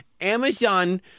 Amazon